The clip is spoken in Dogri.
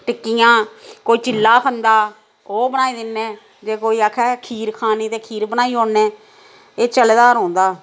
टि'क्कियां कोई चि'ल्ला खंदा ओह् बनाई दि'न्ने जे कोई आखै खीर खानी ते खीर बनाई औने एह् चले दा रौह्ंदा